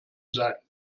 sein